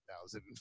thousand